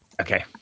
Okay